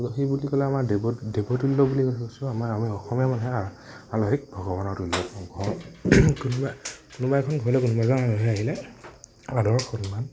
আলহী বুলি ক'লে আমাৰ দেৱ দেৱতুল্য বুলি কৈছোঁ আমি আমাৰ অসমীয়া মানুহে আলহীক ভগৱানৰ তুল্য কোনোবা এখন ঘৰলে কোনোবা এজন আলহী আহিলে আদৰ সন্মান